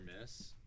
miss